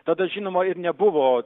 tada žinoma ir nebuvo